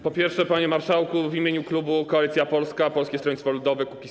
Po pierwsze, panie marszałku, w imieniu klubu Koalicja Polska - Polskie Stronnictwo Ludowe - Kukiz15.